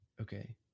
Okay